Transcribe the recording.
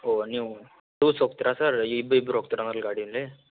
ಓ ನೀವು ಟೂಸ್ ಹೋಗ್ತಿರಾ ಸರ್ ಇಬ್ಬಿಬ್ರು ಹೋಗ್ತಿರಾ ಗಾಡಿಯಲ್ಲಿ